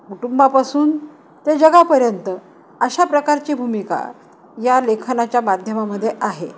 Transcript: कुटुंबापासून ते जगापर्यंत अशा प्रकारची भूमिका या लेखनाच्या माध्यमामध्ये आहे